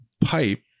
pipe